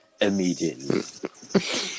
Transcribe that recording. immediately